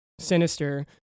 sinister